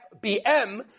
FBM